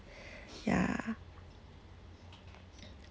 ya